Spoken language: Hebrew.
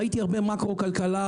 ראיתי הרבה מאקרו כלכלה,